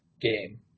game